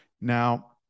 Now